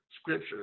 scripture